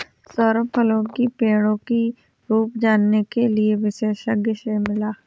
सौरभ फलों की पेड़ों की रूप जानने के लिए विशेषज्ञ से मिला